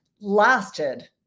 lasted